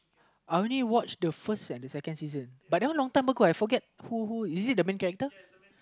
I only watch the first and the second season but that one long time ago I forget who who is it the main character